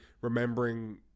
remembering